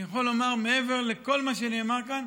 אני יכול לומר, מעבר לכל מה שנאמר כאן,